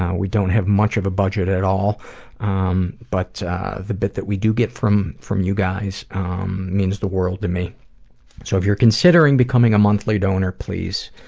um we don't have a much of a budget at all um but the bit that we do get from from you guys means the world to me so if you're considering becoming a monthly donor, please,